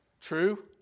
True